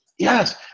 Yes